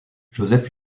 joseph